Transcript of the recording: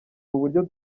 uburyo